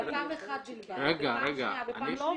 אבל פעם אחת בלבד, ופעם שנייה ופעם שלישית,